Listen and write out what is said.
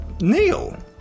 Neil